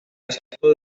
astuto